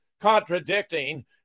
contradicting